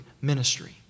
ministry